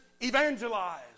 evangelize